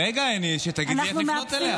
רגע, שתגיד לי איך לפנות אליה.